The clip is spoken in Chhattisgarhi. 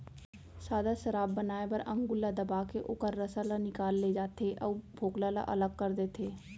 सादा सराब बनाए बर अंगुर ल दबाके ओखर रसा ल निकाल ले जाथे अउ फोकला ल अलग कर देथे